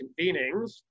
convenings